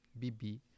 BB